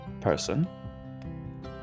person